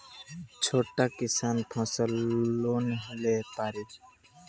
छोटा किसान फसल लोन ले पारी?